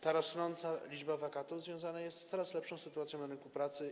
Ta rosnąca liczba wakatów związana jest z coraz lepszą sytuacją na rynku pracy.